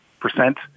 Percent